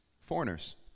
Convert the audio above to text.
foreigners